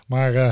Maar